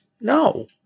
No